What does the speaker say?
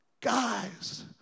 guys